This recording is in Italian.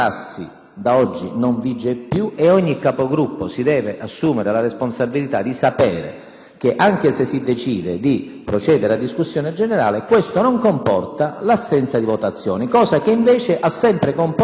che anche se si decide di procedere alla discussione generale ciò non comporta l'assenza di votazioni, come invece sempre avvenuto in passato. Tutto qui: mi sono limitato a dare questo segnale, a prenderne atto.